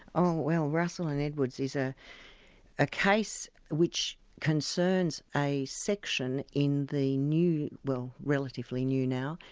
oh well, russell and edwards is ah a case which concerns a section in the new, well relatively new now,